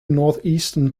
northeastern